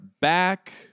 back